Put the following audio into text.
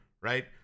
right